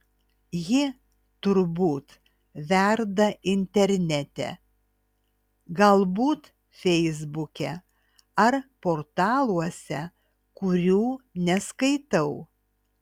ji turbūt verda internete galbūt feisbuke ar portaluose kurių neskaitau